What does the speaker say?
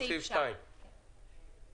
מי נגד?